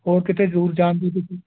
ਹੋਰ ਕਿਤੇ ਦੂਰ ਜਾਣ ਦੀ ਤੁਸੀਂ